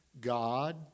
God